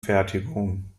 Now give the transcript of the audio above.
fertigung